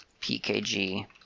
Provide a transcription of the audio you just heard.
pkg